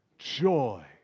joy